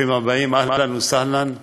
ברוכים הבאים, אהלן וסהלן.